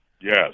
Yes